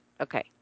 Okay